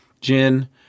Jin